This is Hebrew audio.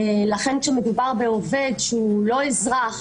לכן כשמדובר בעובד שהוא לא אזרח,